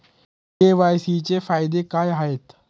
KYC चे फायदे काय आहेत?